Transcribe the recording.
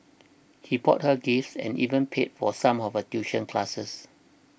he bought her gifts and even paid for some of her tuition classes